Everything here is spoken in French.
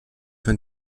fin